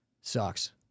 Sucks